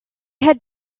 had